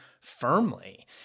firmly